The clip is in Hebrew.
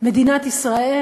מדינת ישראל,